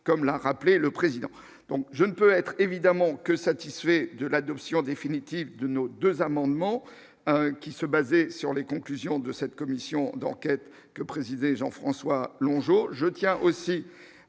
comme l'a rappelé le président donc je ne peux être évidemment que satisfait de l'adoption définitive de nos 2 amendements qui se baser sur les conclusions de cette commission d'enquête, que présidait Jean-François longs jours je tiens aussi